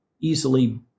easily